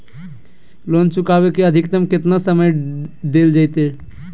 Loan चुकाबे के अधिकतम केतना समय डेल जयते?